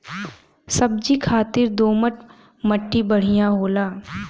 सब्जी खातिर दोमट मट्टी बढ़िया होला